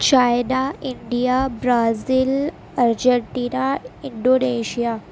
China India Brazil Argentina Indonesia